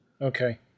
Okay